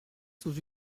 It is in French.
sous